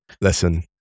listen